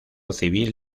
civil